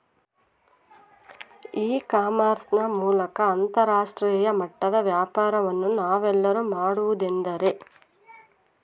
E commerce ನ ಮೂಲಕ ಅಂತರಾಷ್ಟ್ರೇಯ ಮಟ್ಟದ ವ್ಯಾಪಾರವನ್ನು ನಾವೆಲ್ಲರೂ ಮಾಡುವುದೆಂದರೆ?